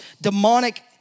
demonic